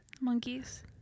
Monkeys